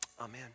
amen